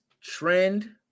trend